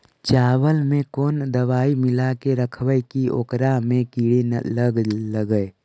चावल में कोन दबाइ मिला के रखबै कि ओकरा में किड़ी ल लगे?